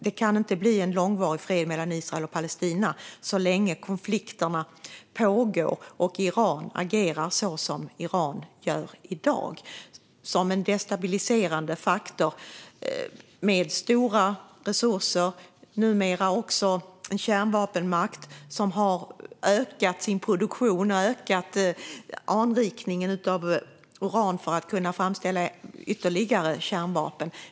Det kan inte bli en långvarig fred mellan Israel och Palestina så länge konflikterna pågår och Iran agerar som de gör i dag, som en destabiliserande faktor med stora resurser. Numera är de också en kärnvapenmakt som har ökat sin produktion och anrikningen av uran för att kunna framställa ytterligare kärnvapen.